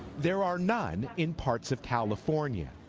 there are none in parts of california.